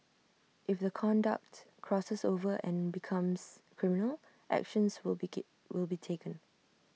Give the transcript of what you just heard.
if the conduct crosses over and becomes criminal actions will be give will be taken